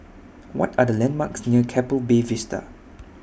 What Are The landmarks near Keppel Bay Vista